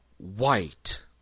White